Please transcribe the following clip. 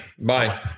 Bye